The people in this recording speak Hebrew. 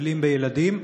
מטפלים בילדים,